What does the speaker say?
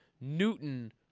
Newton